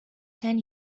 ten